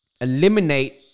Eliminate